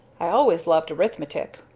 i always loved arithmetic,